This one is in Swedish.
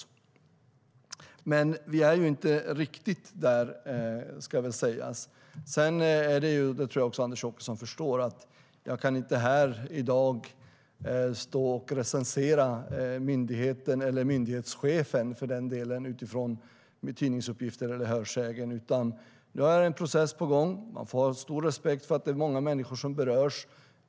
Det är jag beredd att göra om det skulle visa sig vara på det sättet. Det ska väl dock sägas att vi inte är riktigt där. Jag tror också att Anders Åkesson förstår att jag inte kan stå här i dag och recensera myndigheten, eller myndighetschefen för den delen, utifrån tidningsuppgifter eller hörsägen. Nu är en process på gång. Man får ha stor respekt för att många människor berörs.